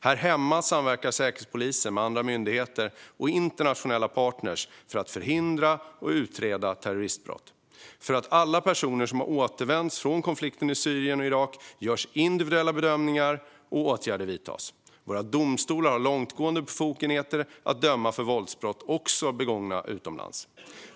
Här hemma samverkar Säkerhetspolisen med andra myndigheter och internationella partner för att förhindra och utreda terroristbrott. För alla personer som har återvänt från konflikten i Syrien och Irak görs individuella bedömningar, och åtgärder vidtas. Våra domstolar har långtgående befogenheter att döma för våldsbrott, också sådana begångna utomlands.